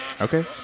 Okay